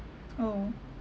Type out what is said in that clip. oh